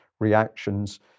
reactions